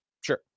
Sure